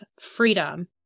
freedom